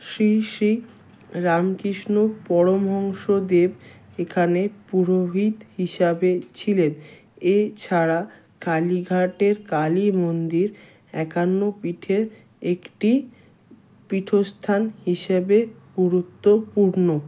শ্রী শ্রী রামকৃষ্ণ পরমহংসদেব এখানে পুরোহিত হিসাবে ছিলেন এছাড়া কালীঘাটের কালী মন্দির একান্ন পীঠের একটি পীঠস্থান হিসেবে গুরুত্বপূর্ণ